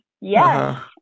Yes